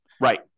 Right